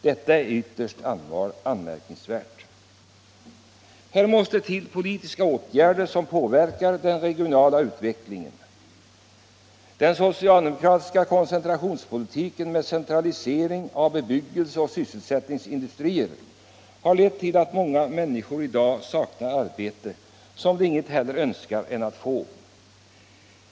Detta är ytterst anmärkningsvärt. Här måste till politiska åtgärder som påverkar den regionala utvecklingen. Den socialdemokratiska koncentrationspolitiken med centralisering av bebyggelsen och sysselsättningsindustrier har lett till att många människor i dag saknar ett arbete, fastän de inget hellre önskar än att få ett.